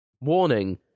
Warning